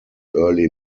early